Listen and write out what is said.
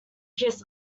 kiss